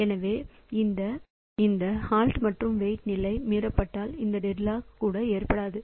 எனவே இந்த ஹோல்ட் மற்றும் வெயிட் நிலை மீறப்பட்டால் இந்த டெட்லாக் கூட ஏற்படாது